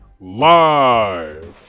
Live